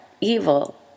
evil